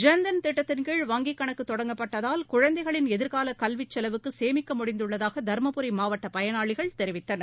ஜன்தன் திட்டத்தின்கீழ் வங்கிக் கணக்கு தொடங்கப்பட்டதால் குழந்தைகளின் எதிர்கால கல்விச் செலவுக்கு சேமிக்க முடிந்துள்ளதாக தருமபுரி மாவட்ட பயனாளிகள் தெரிவித்தனர்